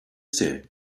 say